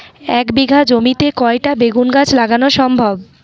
এক বিঘা জমিতে কয়টা বেগুন গাছ লাগানো সম্ভব?